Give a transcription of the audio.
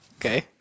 Okay